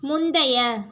முந்தைய